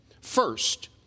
First